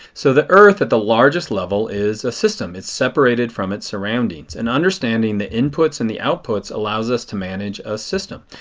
so the earth at the largest level is a system. it is separated from its surroundings. and understanding the inputs and the outputs allows us to manage a system.